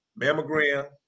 mammogram